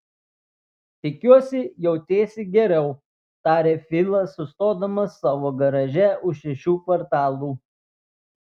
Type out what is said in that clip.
tikiuosi jautiesi geriau tarė filas sustodamas savo garaže už šešių kvartalų